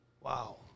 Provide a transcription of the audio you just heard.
wow